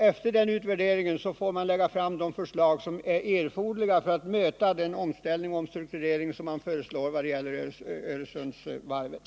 Efter den utvärderingen får man lägga fram de förslag som är erforderliga för att möta omställningen och omstruktureringen vad gäller Öresundsvarvet.